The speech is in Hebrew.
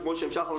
וכמו שהמשכנו,